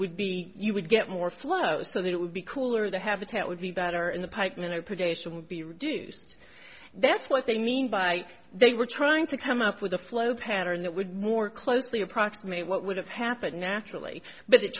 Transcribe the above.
would be you would get more flow so that it would be cooler the habitat would be better in the pipe minute predation would be reduced that's what they mean by they were trying to come up with a flow pattern that would more closely approximate what would have happened naturally but